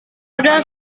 ada